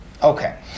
Okay